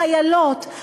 חיילות,